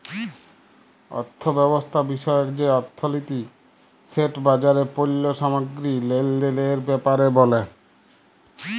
অথ্থব্যবস্থা বিষয়ক যে অথ্থলিতি সেট বাজারে পল্য সামগ্গিরি লেলদেলের ব্যাপারে ব্যলে